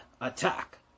Attack